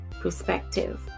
perspective